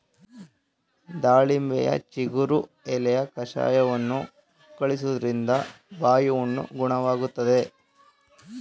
ದಾಳಿಂಬೆಯ ಚಿಗುರು ಎಲೆಯ ಕಷಾಯವನ್ನು ಮುಕ್ಕಳಿಸುವುದ್ರಿಂದ ಬಾಯಿಹುಣ್ಣು ಗುಣವಾಗ್ತದೆ